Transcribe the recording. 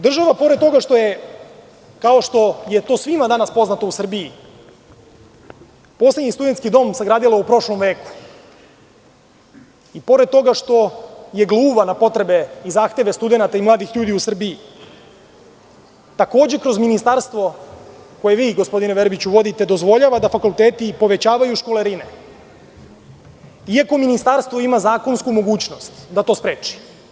Država, pored toga što je, kao što je to svima danas poznato u Srbiji, poslednji studentski dom sagradila u prošlom veku i pored toga što je gluva na potrebe i zahteve studenata i mladih ljudi u Srbiji, takođe kroz ministarstvo, koje vi, gospodine Verbiću, vodite dozvoljava da fakulteti povećavaju školarine, iako ministarstvo ima zakonsku mogućnost da to spreči.